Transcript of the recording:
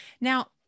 Now